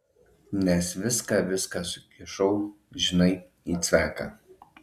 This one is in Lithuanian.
nes viską viską sukišau žinai į cveką